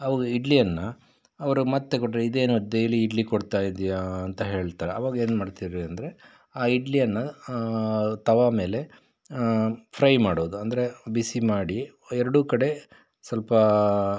ಆವಾಗ ಇಡ್ಲಿಯನ್ನು ಅವರು ಮತ್ತೆ ಕೊಟ್ಟರೆ ಇದೇನು ದೈಲಿ ಇಡ್ಲಿ ಕೊಡ್ತಾ ಇದ್ದೀಯ ಅಂತ ಹೇಳ್ತಾರೆ ಅವಾಗ ಏನು ಮಾಡ್ತೇವೆ ಅಂದರೆ ಆ ಇಡ್ಲಿಯನ್ನು ತವಾ ಮೇಲೆ ಫ್ರೈ ಮಾಡೋದು ಅಂದರೆ ಬಿಸಿ ಮಾಡಿ ಎರಡೂ ಕಡೆ ಸ್ವಲ್ಪ